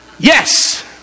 Yes